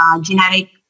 genetic